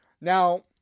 Now